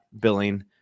billing